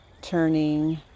turning